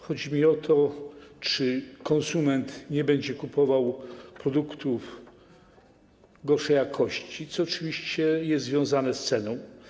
Chodzi mi o to, czy konsument nie będzie kupował produktów gorszej jakości, co oczywiście jest związane z ceną.